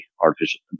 artificial